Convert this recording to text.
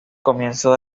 comienzo